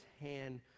hand